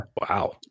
Wow